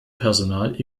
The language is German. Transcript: personal